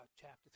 Chapter